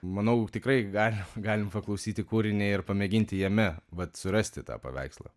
manau tikrai galim galim paklausyti kūrinį ir pamėginti jame vat surasti tą paveikslą